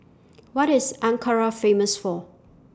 What IS Ankara Famous For